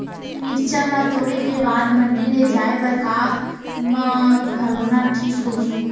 मिरचा ला तोड़े के बाद मंडी ले जाए बर का मा भरना ठीक होही?